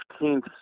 15th